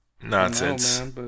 Nonsense